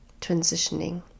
transitioning